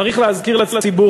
צריך להזכיר לציבור,